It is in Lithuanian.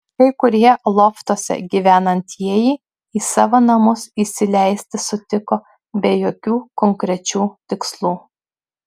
kai kurie loftuose gyvenantieji į savo namus įsileisti sutiko be jokių konkrečių tikslų